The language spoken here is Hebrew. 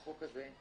בחוק הזה,